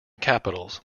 capitals